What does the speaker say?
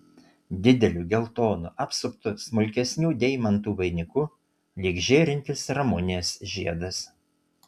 dideliu geltonu apsuptu smulkesnių deimantų vainiku lyg žėrintis ramunės žiedas